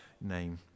name